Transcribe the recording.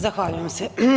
Zahvaljujem se.